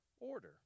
order